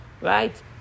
right